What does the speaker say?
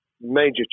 major